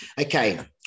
Okay